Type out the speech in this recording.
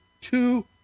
two